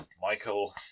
Michael